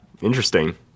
interesting